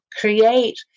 create